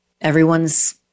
everyone's